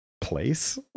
Place